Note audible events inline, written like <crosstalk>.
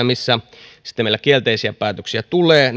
<unintelligible> missä meillä kielteisiä päätöksiä tulee <unintelligible>